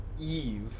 Eve